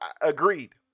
agreed